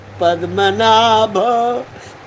Padmanabha